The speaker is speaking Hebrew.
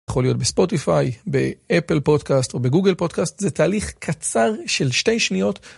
יכול להיות בספוטיפיי, באפל פודקאסט או בגוגל פודקאסט, זה תהליך קצר של שתי שניות.